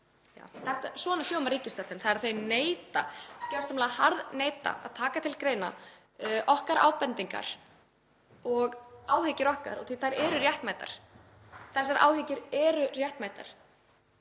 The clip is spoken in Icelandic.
svona hljómar ríkisstjórnin. Þau neita, gjörsamlega harðneita að taka til greina okkar ábendingar og áhyggjur okkar, af því að þær eru réttmætar. Þessar áhyggjur eru réttmætar.